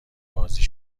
بازی